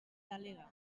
delegue